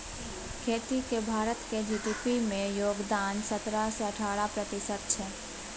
खेतीक भारतक जी.डी.पी मे योगदान सतरह सँ अठारह प्रतिशत छै